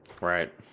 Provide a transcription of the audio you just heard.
Right